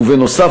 ובנוסף,